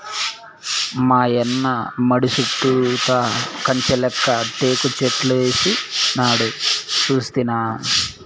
మాయన్న మడి చుట్టూతా కంచెలెక్క టేకుచెట్లేసినాడు సూస్తినా